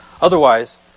Otherwise